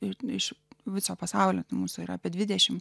ir iš viso pasaulio mūsų yra apie dvidešim